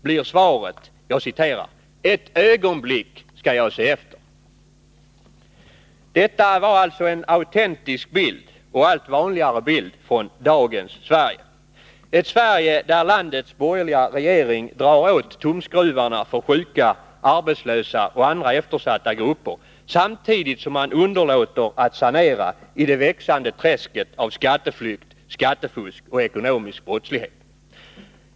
blir svaret: ”Ett ögonblick skall jag se efter.” Detta var alltså en autentisk, och allt vanligare, bild från dagens Sverige — ett Sverige där landets borgerliga regering drar åt tumskruvarna på sjuka, arbetslösa och andra eftersatta grupper, samtidigt som man underlåter att sanera i det växande träsket av skatteflykt, skattefusk och ekonomisk brottslighet.